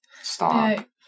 Stop